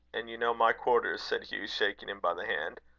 and you know my quarters, said hugh, shaking him by the hand.